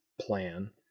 plan